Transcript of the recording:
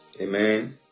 amen